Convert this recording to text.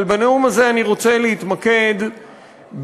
אבל בנאום הזה אני רוצה להתמקד בניתוח